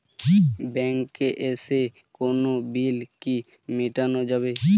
ব্যাংকে এসে কোনো বিল কি মেটানো যাবে?